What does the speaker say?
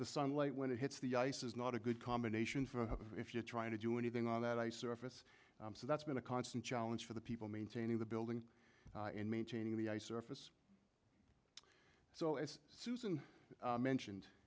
the sunlight when it hits the ice is not a good combination for if you're trying to do anything on that ice surface so that's been a constant challenge for the people maintaining the building and maintaining the ice surface so as susan mentioned